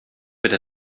bitte